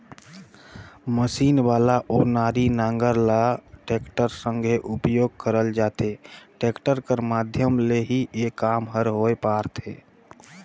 machine वाला ओनारी नांगर ल टेक्टर संघे उपियोग करल जाथे, टेक्टर कर माध्यम ले ही ए काम हर होए पारथे